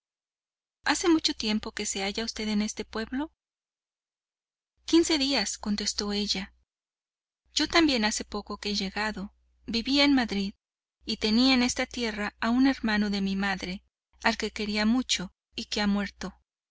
hace mucho tiempo que se halla usted en este pueblo quince días contestó ella yo también hace poco que he llegado vivía en madrid y tenía en esta tierra a un hermano de mi madre al que quería mucho y que ha muerto